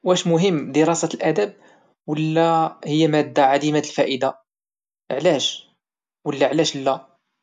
واش مهم دراسة الادب ولا هي ماده عديمه الفائدة وعلاش ولا علاش لا؟